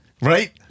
Right